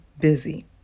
busy